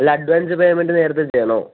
അല്ല advance payment നേരത്തെ ചെയ്യണോ